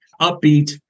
Upbeat